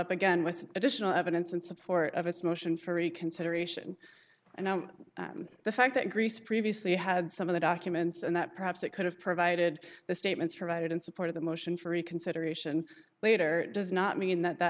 up again with additional evidence in support of its motion for reconsideration and the fact that greece previously had some of the documents and that perhaps it could have provided the statements for voted in support of the motion for reconsideration later does not mean that that